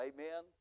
Amen